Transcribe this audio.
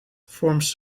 forms